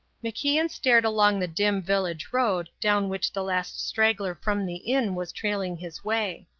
macian stared along the dim village road, down which the last straggler from the inn was trailing his way.